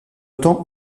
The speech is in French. temps